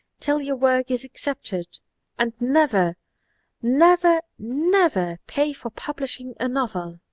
till your work is accepted and never never, never pay for publishing a novel.